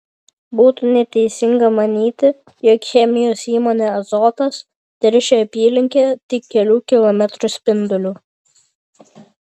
būtų neteisinga manyti jog chemijos įmonė azotas teršia apylinkę tik kelių kilometrų spinduliu